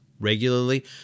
regularly